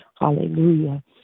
Hallelujah